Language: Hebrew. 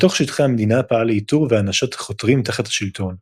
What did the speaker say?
בתוך שטחי המדינה פעל לאיתור והענשת החותרים תחת השלטון,